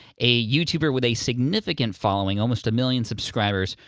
a youtuber with a significant following, almost a million subscribers,